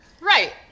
right